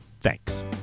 thanks